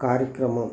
కార్యక్రమం